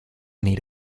need